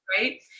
right